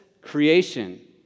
creation